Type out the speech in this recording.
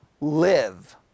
live